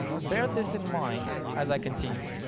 bear this in mind as i continue.